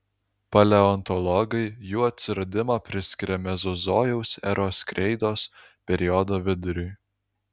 paleontologai jų atsiradimą priskiria mezozojaus eros kreidos periodo viduriui